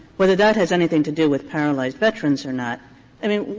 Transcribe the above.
whether that has anything to do with paralyzed veterans or not i mean,